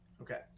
Okay